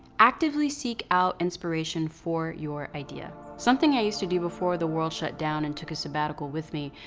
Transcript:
actively seek out inspiration for your idea. something i used to do before the world shut down and took a sabbatical with me,